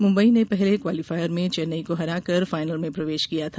मुंबई ने पहले क्वालीफायर में चेन्नई को हराकर फाइनल में प्रवेश किया था